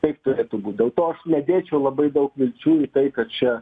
taip turėtų būt dėl to aš nedėčiau labai daug vilčių į tai kad čia